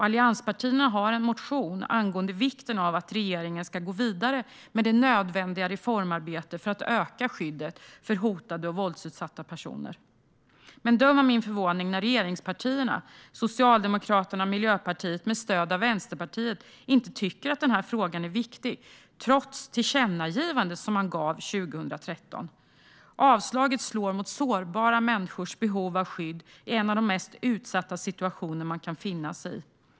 Allianspartierna har en motion om vikten av att regeringen ska gå vidare med det nödvändiga reformarbetet för att öka skyddet för hotade och våldsutsatta personer. Men döm om min förvåning när regeringspartierna - Socialdemokraterna och Miljöpartiet - med stöd av Vänsterpartiet inte tycker att denna fråga är viktig trots det tillkännagivande man gjorde 2013. Avslaget slår mot sårbara människors behov av skydd i en av de mest utsatta situationer man kan befinna sig i.